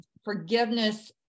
forgiveness